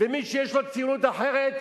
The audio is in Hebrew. ומי שיש לו ציונות אחרת,